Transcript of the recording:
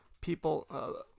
people